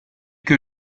que